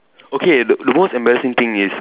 okay the most embarrassing thing is